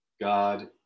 God